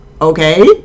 okay